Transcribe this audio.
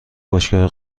باشگاه